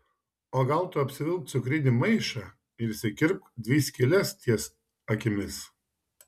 o gal tu apsivilk cukrinį maišą ir išsikirpk dvi skyles ties akimis